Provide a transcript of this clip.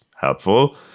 helpful